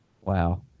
Wow